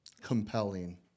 compelling